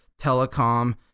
telecom